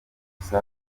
gusa